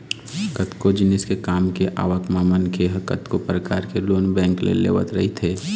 कतको जिनिस के काम के आवक म मनखे ह कतको परकार के लोन बेंक ले लेवत रहिथे